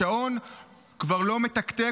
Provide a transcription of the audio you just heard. השעון כבר לא מתקתק.